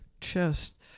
chest